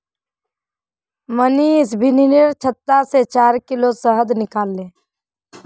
मनीष बिर्निर छत्ता से चार किलो शहद निकलाले